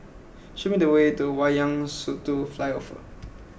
show me the way to Wayang Satu Flyover